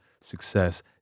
success